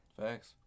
Thanks